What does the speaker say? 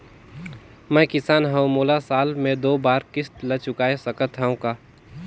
मैं किसान हव मोला साल मे दो बार किस्त ल चुकाय सकत हव का?